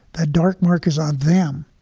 a dark mark is on them.